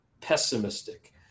pessimistic